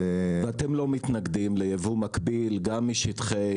ואתם לא מתנגדים לייבוא מקביל גם משטחי,